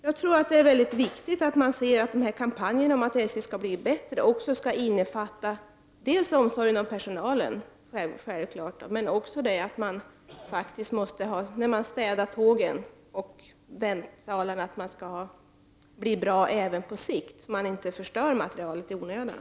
Jag tror att det är mycket viktigt när det gäller kampanjen om att SJ skall bli bättre att den självfallet skall innefatta omsorg om personalen, men också att man skall bli bra även på sikt när det gäller städning av tåg och väntsalar, så att man inte förstör materielen i onödan.